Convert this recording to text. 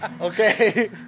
Okay